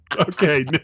okay